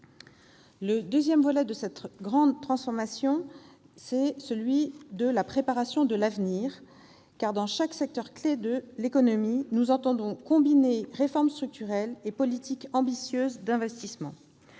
Le deuxième volet de cette grande transformation est celui de la préparation de l'avenir. Dans chaque secteur-clé de l'économie, nous entendons combiner réformes structurelles et politique ambitieuse d'investissement.